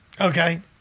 Okay